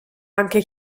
anche